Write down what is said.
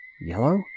yellow